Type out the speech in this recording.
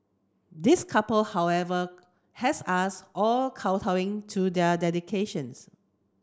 this couple however has us all kowtowing to their dedications